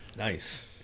Nice